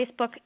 Facebook